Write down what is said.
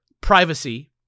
privacy